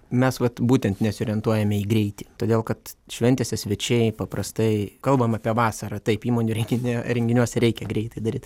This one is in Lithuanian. mes vat būtent nesiorientuojame į greitį todėl kad šventėse svečiai paprastai kalbam apie vasarą taip įmonių renginio renginiuose reikia greitai daryt